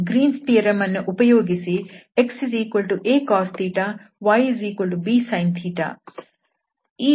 Green's theorem Green's theorem ಅನ್ನು ಉಪಯೋಗಿಸಿ xacos ybsin ಈ ಎಲ್ಲಿಪ್ಸ್ ನ ವಿಸ್ತೀರ್ಣವನ್ನು ಕಂಡುಹಿಡಿಯಿರಿ